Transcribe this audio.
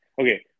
Okay